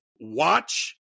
watch